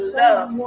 love